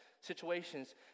situations